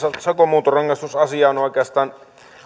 sakon muuntorangaistusasia on oikeastaan